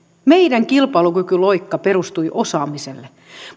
meidän kilpailukykyloikkamme perustui osaamiselle